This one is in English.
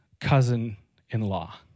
cousin-in-law